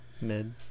mid